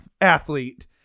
athlete